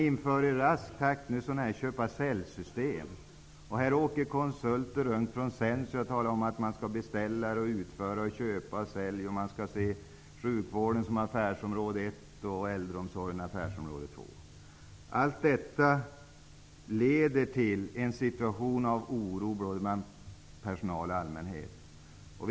I rask takt införs ett köpa-sälj-system. Konsulter åker runt och talar om att man skall ha beställare och utförare, att man skall köpa och sälja och att man skall se sjukvården som affärsområde ett och äldreomsorgen som affärsområde två. Allt detta leder till en situation med oro både bland personalen och allmänheten.